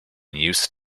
use